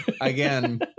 again